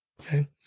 Okay